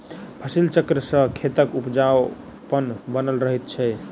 फसिल चक्र सॅ खेतक उपजाउपन बनल रहैत छै